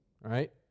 right